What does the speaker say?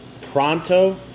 Pronto